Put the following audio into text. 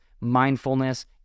mindfulness